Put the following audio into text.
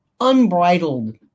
unbridled